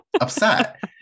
upset